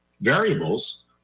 variables